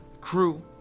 Crew